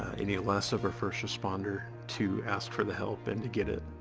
any less of a first responder to ask for the help and to get it.